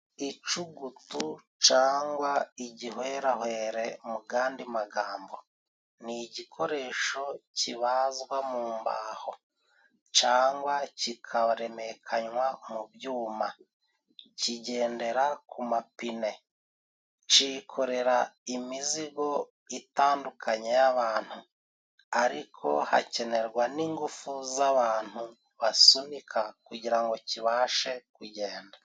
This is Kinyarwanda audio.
Icugutu cyangwa igihwerahwere mu yandi magambo ni igikoresho kibazwa mu mbaho cyangwa kikaremekanywa mu byuma. Kigendera ku mapine, cyikorera imizigo itandukanye y'abantu, ariko hakenerwa n'ingufu z'abantu basunika kugira ngo kibashe kugenda.